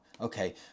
Okay